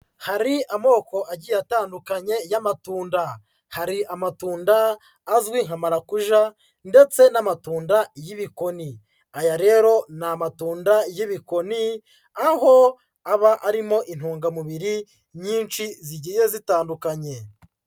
Hari amoko agiye atandukanye y'amatunda. Hari amatunda azwi nka makuja ndetse n'amatunda y'ibikoni. Aya rero ni amatunda y'ibikoni, aho aba arimo intungamubiri nyinshi zigiye zitandukanye.